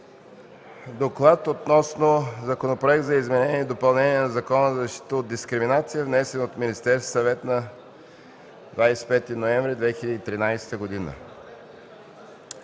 „Доклад относно Законопроект за изменение и допълнение на Закона за защита от дискриминация, внесен от Министерския съвет на 25 ноември 2013 г.”.